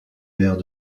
maire